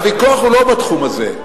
הוויכוח הוא לא בתחום הזה,